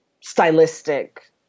Stylistic